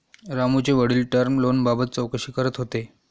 रामूचे वडील टर्म लोनबाबत चौकशी करत होते